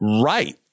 Right